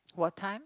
what time